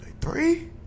Three